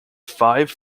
five